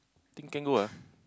think can go ah